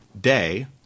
day